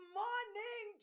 morning